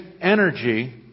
energy